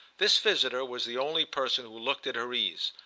this visitor was the only person who looked at her ease,